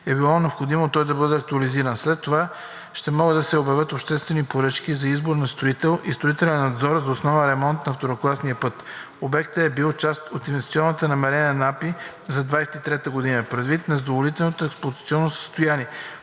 е било необходимо той да бъде актуализиран. След това ще могат да се обявят обществени поръчки за избор на строител и строителен надзор за основен ремонт на второкласния път. Обектът е бил част от инвестиционните намерения на АПИ за 2023 г. Предвид на незадоволителното експлоатационно състояние